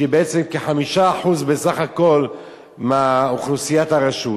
שהם בעצם כ-5% בסך הכול מאוכלוסיית הרשות,